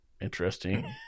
interesting